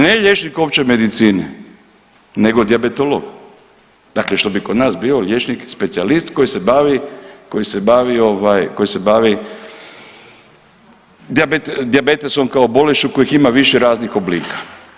Ne liječnik opće medicine nego dijabetolog, dakle što bi kod nas bio liječnik specijalist koji se bavi dijabetesom kao bolešću kojih ima više raznih oblika.